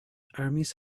armies